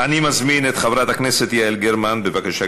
אני מזמין את חברת הכנסת יעל גרמן, בבקשה,